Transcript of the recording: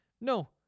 No